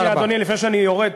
רק שנייה, אדוני, לפני שאני יורד.